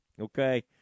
Okay